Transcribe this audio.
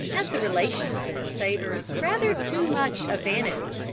as the relation of them savours rather too much of vanity,